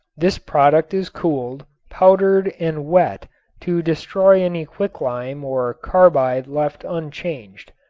this product is cooled powdered and wet to destroy any quicklime or carbide left unchanged.